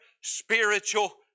spiritual